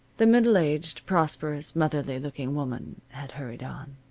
the middle-aged, prosperous, motherly looking woman had hurried on.